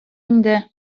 инде